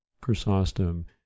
Chrysostom